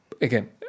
Again